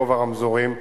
ברוב הרמזורים,